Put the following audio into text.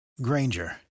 Granger